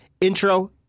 intro